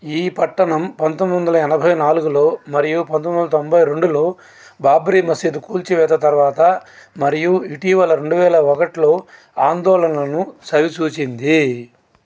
ఈ పట్టణం పంతొమ్మిదివందల ఎనభై నాలుగులో మరియు పంతొమ్మిదివందల తొంబైరెండులో బాబ్రీ మసీదు కూల్చివేత తర్వాత మరియు ఇటీవల రెండువేల ఒకటిలో ఆందోళనలను చవిచూసింది